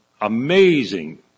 Amazing